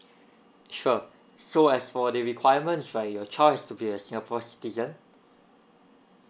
sure so as for the requirements right your child has to be a singapore citizen